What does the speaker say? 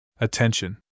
Attention